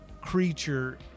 creature